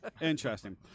Interesting